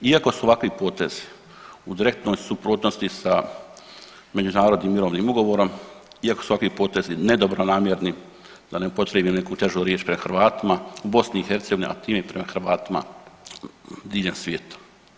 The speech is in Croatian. Iako su ovakvi potezi u direktnoj suprotnosti sa međunarodnim mirovnim ugovorom, iako su ovakvi potezi nedobronamjerni da ne upotrijebim neku težu riječ pred Hrvatima u BiH, a time i prema Hrvatima diljem svijeta.